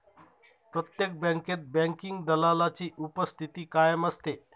प्रत्येक बँकेत बँकिंग दलालाची उपस्थिती कायम असते